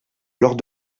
lors